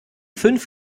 fünf